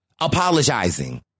apologizing